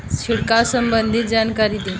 छिड़काव संबंधित जानकारी दी?